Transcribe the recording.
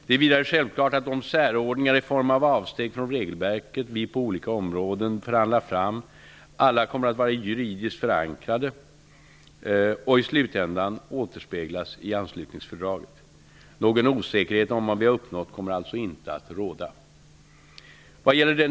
Det är vidare självklart att de särordningar i form av avsteg från regelverket vi på olika områden förhandlar fram kommer att vara juridiskt förankrade och i slutändan återspeglas i anslutningsfördraget. Någon osäkerhet om vad vi har uppnått kommer alltså inte att råda.